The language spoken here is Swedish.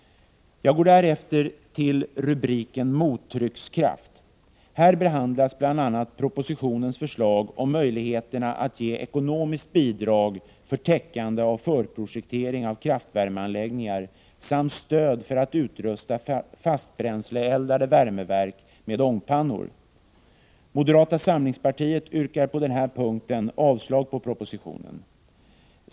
Jag går härefter till rubriken mottryckskraft. Här behandlas bl.a. propositionens förslag om möjligheterna att ge ekonomiskt bidrag för täckande av förprojektering av kraftvärmeanläggningar samt stöd för att utrusta fastbränsleeldade värmeverk med ångpannor. Moderata samlingspartiet yrkar på den här punkten avslag på propositionen.